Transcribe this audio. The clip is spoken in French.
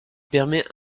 permet